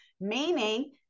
Meaning